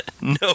No